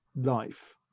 life